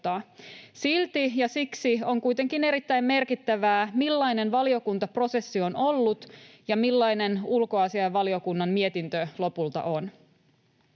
Silti ja siksi on kuitenkin erittäin merkittävää, millainen valiokuntaprosessi on ollut ja millainen ulkoasiainvaliokunnan mietintö lopulta on.